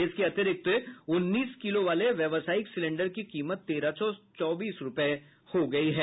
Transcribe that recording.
इसके अतिरिक्त उन्न्नीस किलो वाले व्यावसायिक सिलेंडर की कीमत तेरह सौ चौबीस रूपये हो गयी है